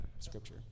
Scripture